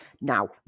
Now